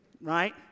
Right